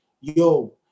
yo